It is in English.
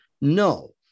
No